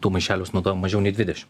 tų maišelių sunaudoja mažiau nei dvidešim